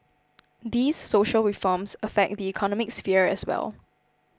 these social reforms affect the economic sphere as well